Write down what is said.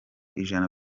ijana